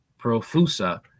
profusa